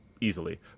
easily